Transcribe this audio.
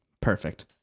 perfect